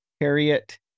Harriet